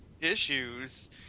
issues